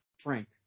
Frank